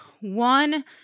one